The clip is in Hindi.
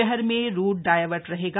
शहर में रूट डायवर्ट रहेगा